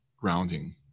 grounding